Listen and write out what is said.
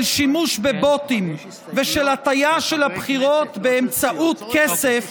של שימוש בבוטים ושל הטיה של הבחירות באמצעות כסף,